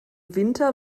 winter